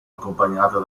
accompagnata